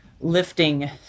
lifting